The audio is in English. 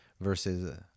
versus